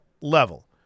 level